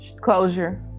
Closure